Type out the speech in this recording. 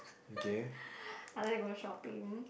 I like to go shopping